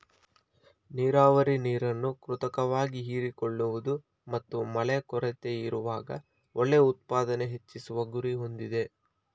ನೀರಾವರಿ ನೀರನ್ನು ಕೃತಕವಾಗಿ ಹೀರಿಕೊಳ್ಳುವುದು ಮತ್ತು ಮಳೆ ಕೊರತೆಯಿರುವಾಗ ಬೆಳೆ ಉತ್ಪಾದನೆ ಹೆಚ್ಚಿಸುವ ಗುರಿ ಹೊಂದಿದೆ